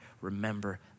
remember